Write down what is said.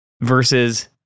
versus